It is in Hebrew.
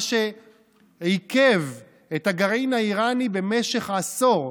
מה שעיכב את הגרעין האיראני במשך עשור.